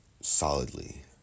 solidly